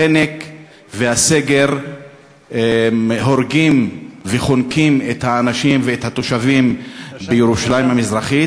החנק והסגר הורגים וחונקים את האנשים ואת התושבים בירושלים המזרחית.